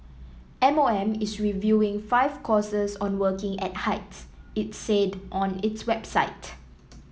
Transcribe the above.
M O M is reviewing five courses on working at heights its said on its website